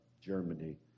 Germany